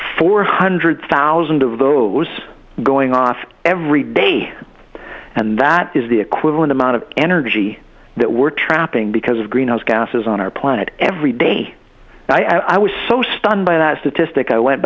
four hundred thousand of those going off every day and that is the equivalent amount of energy that we're trapping because of greenhouse gases on our planet every day i was so stunned i was due to stick i went